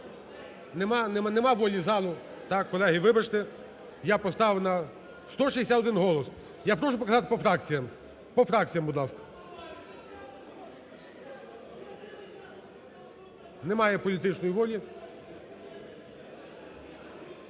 немає волі залу… так, колеги, вибачте, я поставлю, 161 голос. Я прошу показати по фракціям, по фракціям, будь ласка, немає політичної волі.